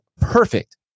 perfect